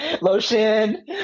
Lotion